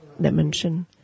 dimension